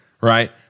right